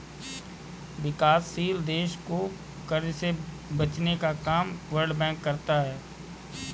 विकासशील देश को कर्ज से बचने का काम वर्ल्ड बैंक करता है